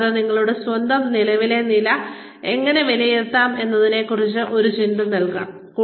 കൂടാതെ ഒരാളുടെ സ്വന്തം നിലവിലെ നില എങ്ങനെ വിലയിരുത്താം എന്നതിനെക്കുറിച്ച് ഒരു ചിന്ത നൽകാം